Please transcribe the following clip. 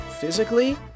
physically